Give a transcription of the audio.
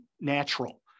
natural